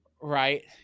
right